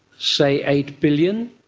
say eight billion.